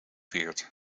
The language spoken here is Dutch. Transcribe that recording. weerd